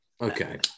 okay